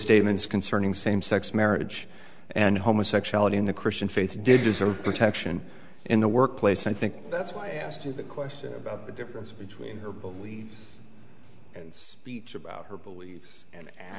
statements concerning same sex marriage and homosexuality in the christian faith did deserve protection in the workplace i think that's why i asked you that question about the difference between her believe and speech about her beliefs